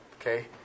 Okay